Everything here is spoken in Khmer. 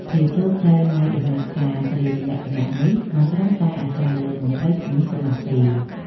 ភាពជោគជ័យនៃដំណាក់កាលត្រៀមលក្ខណៈនេះ មិនត្រឹមតែអាស្រ័យលើមន្ត្រីជំនាញប៉ុណ្ណោះទេ។